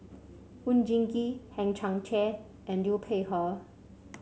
Oon Jin Gee Hang Chang Chieh and Liu Peihe